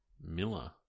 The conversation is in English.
Miller